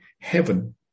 heaven